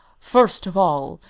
first of all,